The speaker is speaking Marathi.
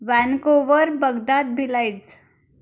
Vancouver Baghdad भिलाईज